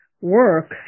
work